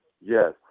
yes